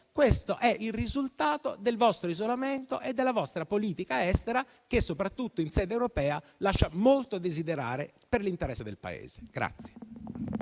Questo è il risultato del vostro isolamento e della vostra politica estera, che soprattutto in sede europea lascia molto a desiderare per l'interesse del Paese.